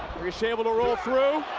ricochet able to roll through.